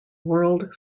world